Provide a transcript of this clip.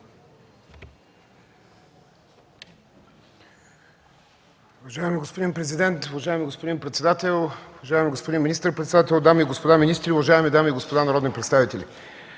Уважаеми господин президент, уважаеми господин председател, уважаеми господин министър-председател, дами и господа министри, уважаеми дами и господа народни представители!